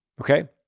Okay